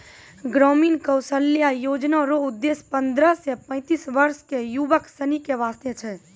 ग्रामीण कौशल्या योजना रो उद्देश्य पन्द्रह से पैंतीस वर्ष के युवक सनी के वास्ते छै